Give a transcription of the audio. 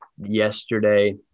yesterday